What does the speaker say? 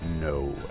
No